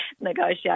negotiate